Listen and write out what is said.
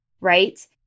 right